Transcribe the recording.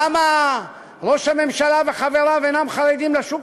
למה ראש הממשלה וחבריו אינם חרדים לשוק